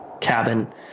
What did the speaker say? cabin